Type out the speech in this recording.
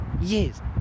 Yes